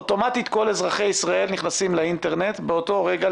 אוטומטית כל אזרחי ישראל נכנסים לאינטרנט באותו רגע,